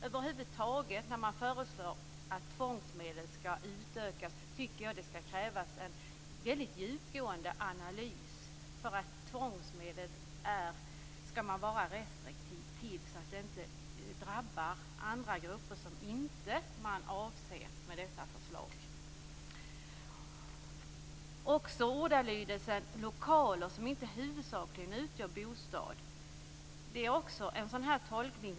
Över huvud taget när man föreslår att tvångsmedel skall utökas tycker jag att det skall krävas en väldigt djupgående analys. Tvångsmedel skall man vara restriktiv med så att det inte drabbar andra grupper som man inte avser med dessa förslag. Också ordalydelsen "lokaler som inte huvudsakligen utgör bostad" innebär en sådan här tolkning.